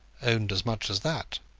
owned as much as that.